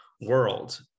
world